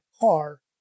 car